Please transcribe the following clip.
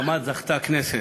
למעמד זכתה הכנסת,